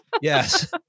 Yes